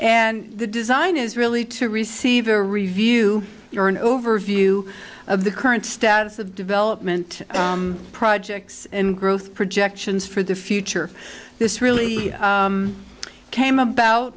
and the design is really to receive a review or an overview of the current status of development projects in growth projections for the future this really came about